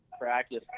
practice